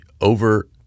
over